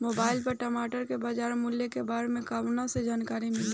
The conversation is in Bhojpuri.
मोबाइल पर टमाटर के बजार मूल्य के बारे मे कहवा से जानकारी मिली?